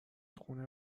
خونه